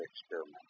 Experiment